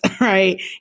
right